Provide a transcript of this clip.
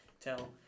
tell